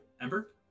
Ember